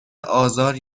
آزار